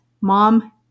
mom